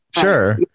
Sure